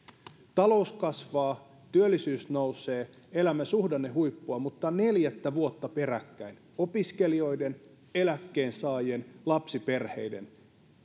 talous kasvaa työllisyys nousee elämme suhdannehuippua mutta neljättä vuotta peräkkäin opiskelijoiden eläkkeensaajien ja lapsiperheiden